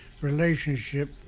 relationship